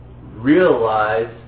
realize